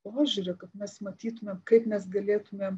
požiūrio kad mes matytumėm kaip mes galėtumėm